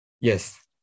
Yes